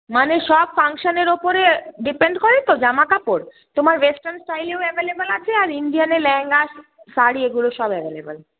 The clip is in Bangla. মানে সব ফাংশানের ওপরে ডিপেন্ড করে তো জামাকাপড় তোমার ওয়েস্টার্ন স্টাইলেও অ্যাভেলেবেল আছে আর ইন্ডিয়ানে লেহেঙ্গা শাড়ি এগুলো সব অ্যাভেলেবেল